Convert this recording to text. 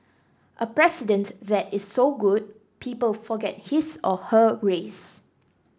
a president that is so good people forget his or her race